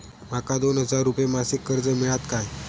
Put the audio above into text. माका दोन हजार रुपये मासिक कर्ज मिळात काय?